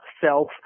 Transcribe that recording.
self